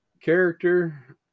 character